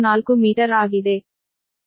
484 metre ಆಗಿದೆ